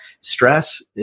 stress